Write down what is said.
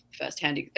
first-hand